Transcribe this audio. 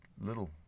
little